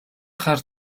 хар